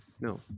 No